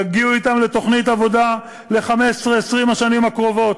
תגיעו אתם לתוכנית עבודה ל-20-15 השנים הקרובות.